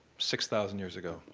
six thousand years ago.